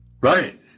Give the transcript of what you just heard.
Right